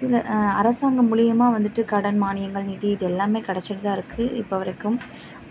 சிலர் அரசாங்கம் மூலயமா வந்துட்டு கடன் மானியங்கள் நிதி இது எல்லாமே கிடச்சிட்டு தான் இருக்குது இப்போ வரைக்கும்